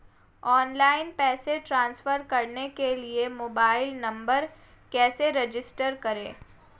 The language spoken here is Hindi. ऑनलाइन पैसे ट्रांसफर करने के लिए मोबाइल नंबर कैसे रजिस्टर करें?